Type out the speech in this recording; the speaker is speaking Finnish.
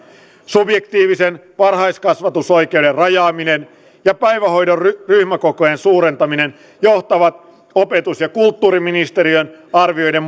subjektiivisen varhaiskasvatusoikeuden rajaaminen ja päivähoidon ryhmäkokojen suurentaminen johtavat opetus ja kulttuuriministeriön arvioiden